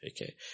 Okay